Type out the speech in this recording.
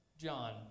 John